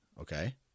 Okay